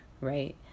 right